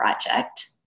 project